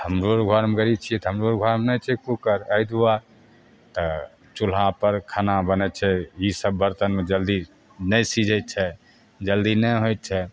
हमरो आओर गरीब छिए तऽ हमरो आओर घरमे नहि छै कुकर एहि दुआरे तऽ चुल्हापर खाना बनै छै ईसब बरतनमे जल्दी नहि सिझै छै जल्दी नहि होइ छै